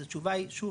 אז התשובה היא שוב,